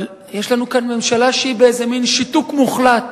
אבל יש לנו כאן ממשלה שהיא באיזה מין שיתוק מוחלט,